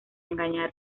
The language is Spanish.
engañar